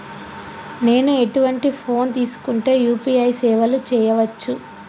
నేను ఎటువంటి ఫోన్ తీసుకుంటే యూ.పీ.ఐ సేవలు చేయవచ్చు?